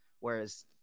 Whereas